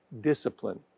discipline